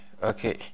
Okay